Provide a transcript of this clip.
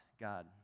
God